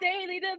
daily